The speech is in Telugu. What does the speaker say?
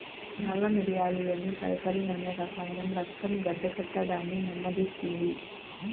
నల్ల మిరియాలులోని పైపెరిన్ అనే రసాయనం రక్తం గడ్డకట్టడాన్ని నెమ్మదిస్తుంది